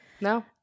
no